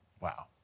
wow